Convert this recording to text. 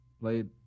played